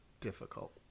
difficult